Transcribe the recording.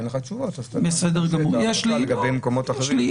אין לך תשובות אז אתה --- יש לי --- לגבי מקומות אחרים.